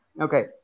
Okay